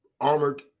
armored